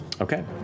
Okay